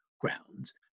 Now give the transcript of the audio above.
grounds